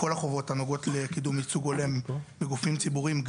כל החובות הנוגעות לקידום ייצוג הולם בגופים ציבוריים,